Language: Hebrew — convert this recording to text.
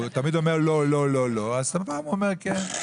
הוא תמיד אומר לא לא לא, אז הפעם הוא אומר כן.